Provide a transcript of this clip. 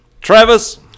Travis